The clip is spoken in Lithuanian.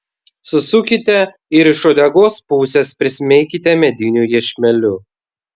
susukite ir iš uodegos pusės prismeikite mediniu iešmeliu